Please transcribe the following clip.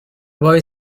boy